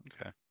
Okay